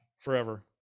forever